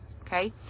okay